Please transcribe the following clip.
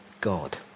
God